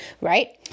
right